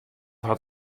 hat